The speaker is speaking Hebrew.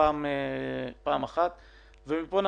הפוך,